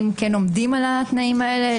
אם כן עומדים על התנאים האלה,